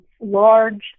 large